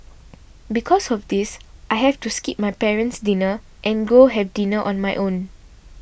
because of this I have to skip my parent's dinner and go have dinner on my own